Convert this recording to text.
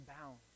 bound